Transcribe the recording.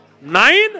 Nine